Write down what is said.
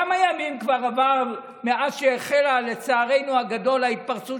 כמה ימים כבר עברו מאז שהחלה לצערנו הגדול ההתפרצות